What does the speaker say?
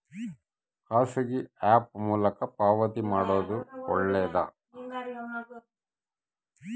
ಖಾಸಗಿ ಆ್ಯಪ್ ಮೂಲಕ ಪಾವತಿ ಮಾಡೋದು ಒಳ್ಳೆದಾ?